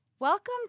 Welcome